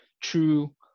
true